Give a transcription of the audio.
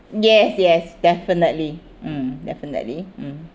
yes yes definitely mm definitely mm